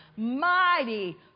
mighty